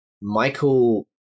Michael